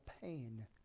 pain